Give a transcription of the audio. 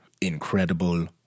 incredible